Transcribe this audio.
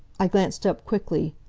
i glanced up, quickly.